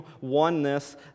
oneness